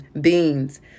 beans